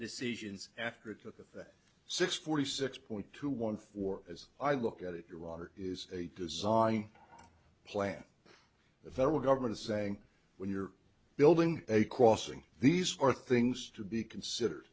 decisions after it took effect six forty six point two one four as i look at it your water is a design plan the federal government is saying when you're building a crossing these are things to be considered